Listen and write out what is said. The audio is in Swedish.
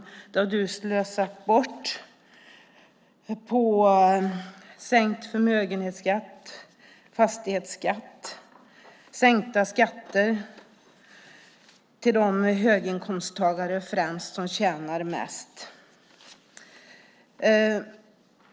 Men det har du slösat bort på sänkt förmögenhetsskatt, fastighetsskatt, sänkta skatter främst till de höginkomsttagare som tjänar mest.